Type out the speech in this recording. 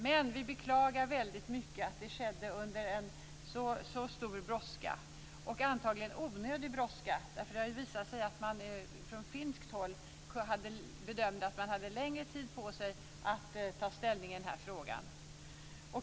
Men vi beklagar väldigt mycket att det skedde under en så stor brådska, och antagligen en onödig brådska, därför att det har ju visat sig att man från finskt håll bedömde att man hade längre tid på sig att ta ställning i frågan.